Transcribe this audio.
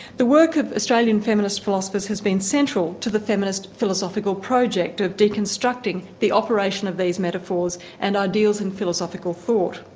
the work of australian feminist philosophers has been central to the feminist philosophical project of deconstructing the operation of these metaphors and ideals in philosophical thought.